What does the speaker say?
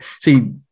see